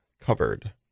Covered